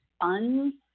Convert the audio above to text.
funds